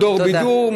מדור בידור,